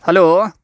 hello